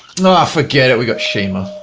aah, forget it we got shima,